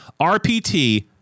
RPT